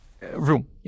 room